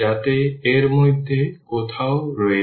যাতে এর মধ্যে কোথাও রয়েছে